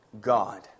God